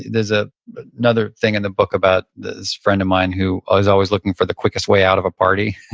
there's ah another thing in the book about this friend of mine who ah is always looking for the quickest way out of a party.